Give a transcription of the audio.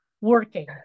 working